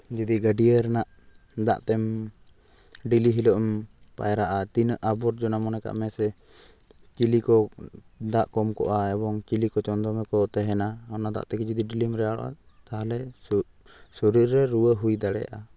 ᱡᱩᱫᱤ ᱜᱟᱹᱰᱭᱟᱹ ᱨᱮᱱᱟᱜ ᱫᱟᱜ ᱛᱮᱢ ᱰᱮᱞᱤ ᱦᱤᱞᱳᱜ ᱮᱢ ᱯᱟᱭᱨᱟᱜᱼᱟ ᱛᱤᱱᱟᱹᱜ ᱟᱵᱚᱨᱡᱚᱱᱟ ᱢᱚᱱᱮ ᱠᱟᱜ ᱢᱮᱥᱮ ᱪᱤᱠᱤ ᱠᱚ ᱫᱟᱜ ᱠᱚ ᱠᱚᱢ ᱠᱚᱜᱼᱟ ᱮᱵᱚᱝ ᱪᱤᱞᱤ ᱠᱚᱪᱚᱝ ᱫᱚᱢᱮ ᱠᱚ ᱛᱟᱦᱮᱱᱟ ᱚᱱᱟ ᱫᱟᱜ ᱛᱮᱜᱮ ᱡᱩᱫᱤ ᱰᱮᱞᱤᱢ ᱨᱮᱭᱟᱲᱚᱜᱼᱟ ᱛᱟᱦᱚᱞᱮ ᱥᱚᱨᱤᱨ ᱨᱮ ᱨᱩᱣᱟᱹ ᱦᱩᱭ ᱫᱟᱲᱮᱭᱟᱜᱼᱟ